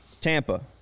Tampa